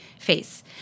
face